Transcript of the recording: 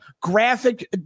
graphic